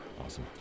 Awesome